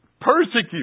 persecute